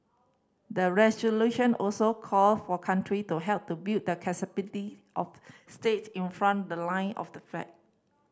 the resolution also call for country to help to build the capacity of state in front the line of the fan